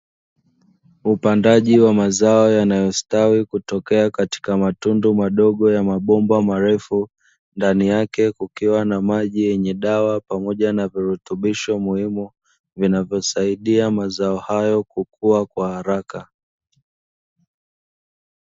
Upandaji wa mazao yanayostawi yanayotokea katika matundu madogo ya mabomba marefu ndani yake kukiwa na maji yenye dawa pamoja na virutubisho muhimu, vinavyosaidia mazao hayo kukuwa kwa haraka.